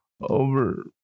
over